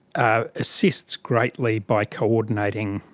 ah assists greatly by coordinating.